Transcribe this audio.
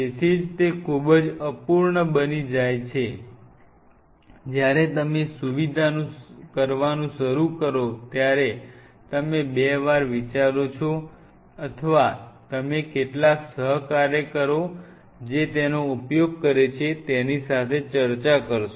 તેથી જ તે ખૂબ જ અપૂર્ણ બની જાય છે જ્યારે તમે સુવિધા કર વાનું શરૂ કરો ત્યારે તમે બે વાર વિચારો છો અથવા તમે કેટલાક સહકાર્યકરો જે તેનો ઉપયોગ કરે છે તેની સાથે ચર્ચા કરશો